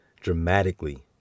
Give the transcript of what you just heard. dramatically